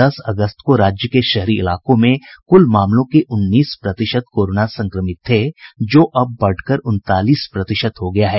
दस अगस्त को राज्य के शहरी इलाकों में कुल मामलों के उन्नीस प्रतिशत कोरोना संक्रमित थे जो अब बढ़कर उनतालीस प्रतिशत हो गया है